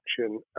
action